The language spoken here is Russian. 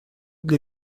для